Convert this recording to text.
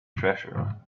treasure